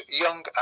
young